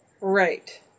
Right